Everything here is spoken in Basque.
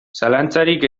zalantzarik